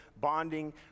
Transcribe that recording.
bonding